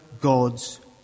God's